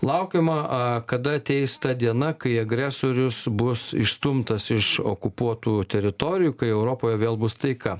laukiama kada ateis ta diena kai agresorius bus išstumtas iš okupuotų teritorijų kai europoje vėl bus taika